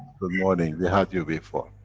morning, we had you before.